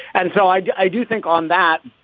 and so i do think on that,